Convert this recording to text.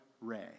Ray